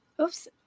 Oops